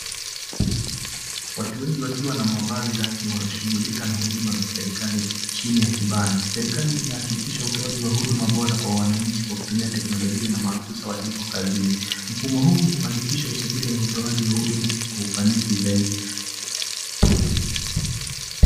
watu wengi wakiwa na mavazi rasmi wanashugulika na uduma za serekali chini ya kibanda, serekali inahakikisho utowaji wa uduma bora kwa wananchi kutumia teknologia na maafisa waliopo kazini, mfumo huu ungefanikisha usajili na utowaji wa uduma kwa ufanisi zaidi.